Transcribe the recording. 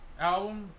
album